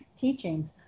teachings